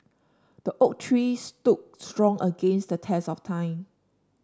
the oak tree stood strong against the test of time